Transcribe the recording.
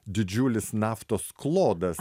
didžiulis naftos klodas